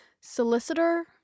Solicitor